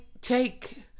take